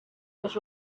was